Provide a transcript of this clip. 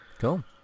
Cool